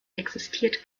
existiert